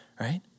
right